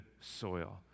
soil